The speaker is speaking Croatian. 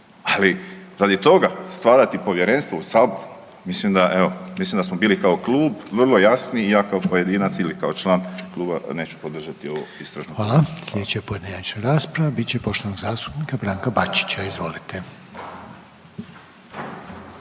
Ali radi toga stvarati povjerenstvo u Saboru, mislim da smo kao klub vrlo jasni i ja kao pojedinac ili kao član neću podržati ovo istražno povjerenstvo. **Reiner, Željko (HDZ)** Hvala. Sljedeća pojedinačna rasprava bit će poštovanog zastupnika Branka Bačića. Izvolite.